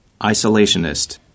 Isolationist